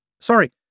Sorry